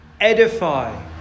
Edify